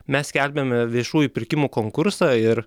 mes skelbiam viešųjų pirkimų konkursą ir